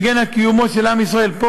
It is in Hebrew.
מגן על קיומו של עם ישראל פה,